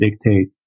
dictate